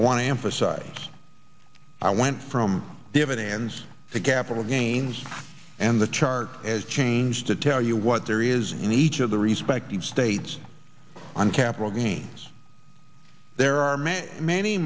i want to emphasize i went from dividends to capital gains and the chart has changed to tell you what there is in each of the respective states on capital gains there are many many